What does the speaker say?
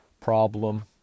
Problem